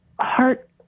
heart